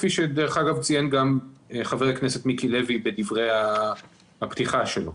כפי שציין גם חבר הכנסת מיקי לוי בדברי הפתיחה שלו.